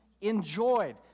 enjoyed